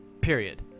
period